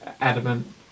adamant